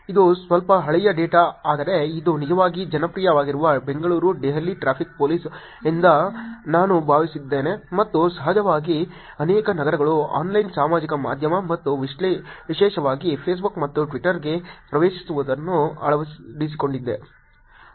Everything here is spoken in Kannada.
ಇದು ಸ್ವಲ್ಪ ಹಳೆಯ ಡೇಟಾ ಆದರೆ ಇದು ನಿಜವಾಗಿ ಜನಪ್ರಿಯವಾಗಿರುವ ಬೆಂಗಳೂರು ದೆಹಲಿ ಟ್ರಾಫಿಕ್ ಪೋಲೀಸ್ ಎಂದು ನಾನು ಭಾವಿಸುತ್ತೇನೆ ಮತ್ತು ಸಹಜವಾಗಿ ಅನೇಕ ನಗರಗಳು ಆನ್ಲೈನ್ ಸಾಮಾಜಿಕ ಮಾಧ್ಯಮ ಮತ್ತು ವಿಶೇಷವಾಗಿ ಫೇಸ್ಬುಕ್ ಮತ್ತು ಟ್ವಿಟರ್ಗೆ ಪ್ರವೇಶಿಸುವುದನ್ನು ಅಳವಡಿಸಿಕೊಂಡಿವೆ